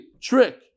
Trick